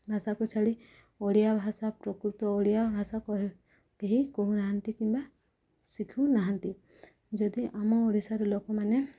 ଭାଷାକୁ ଛାଡ଼ି ଓଡ଼ିଆ ଭାଷା ପ୍ରକୃତ ଓଡ଼ିଆ ଭାଷା କେହି କହୁନାହାନ୍ତି କିମ୍ବା ଶିଖୁନାହାନ୍ତି ଯଦି ଆମ ଓଡ଼ିଶାର ଲୋକମାନେ